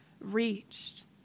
reached